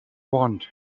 want